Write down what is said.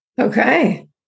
Okay